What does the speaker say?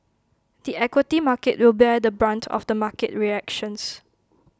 the equity market will bear the brunt of the market reactions